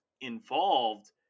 involved